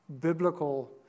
biblical